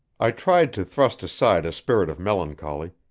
i tried to thrust aside a spirit of melancholy,